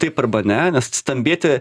taip arba nes stambėti